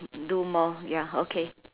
do more ya okay